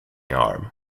harm